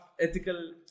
ethical